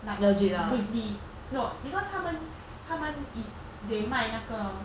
like briefly no because 他们他们 is they 卖那个